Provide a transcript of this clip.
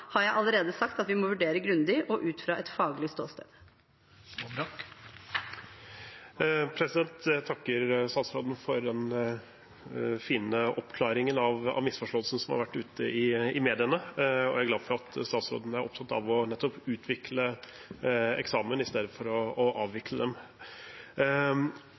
har jeg allerede sagt at vi må vurdere grundig og ut fra et faglig ståsted. Jeg takker statsråden for fine oppklaringer av misforståelser som har vært ute i mediene. Jeg er glad for at statsråden er opptatt av å utvikle eksamen i stedet for å avvikle